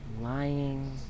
lying